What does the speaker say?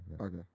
Okay